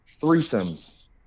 threesomes